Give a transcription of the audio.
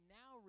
now